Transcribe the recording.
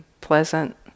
pleasant